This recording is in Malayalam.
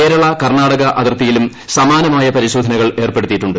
കേരള കർണാടക അതിർത്തിയിലും സമാനമായ പരിശോധനകൾ ഏർപ്പെടുത്തിയിട്ടുണ്ട്